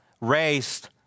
raised